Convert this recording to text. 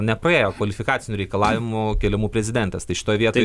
nepraėjo kvalifikacinių reikalavimų keliamų prezidentės tai šitoj vietoj